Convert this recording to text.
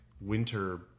winter